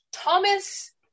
Thomas